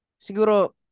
siguro